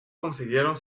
consiguieron